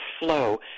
flow